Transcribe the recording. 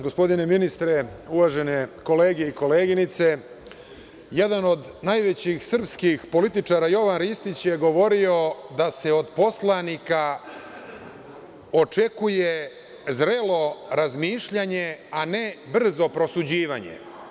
Gospodine ministre, uvažene kolege i koleginice, jedan od najvećih srpskih političara Jovan Ristić je govorio da se od poslanika očekuje zrelo razmišljanje, a ne brzo prosuđivanje.